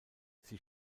sie